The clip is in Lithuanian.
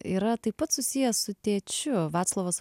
yra taip pat susijęs su tėčiu vaclovas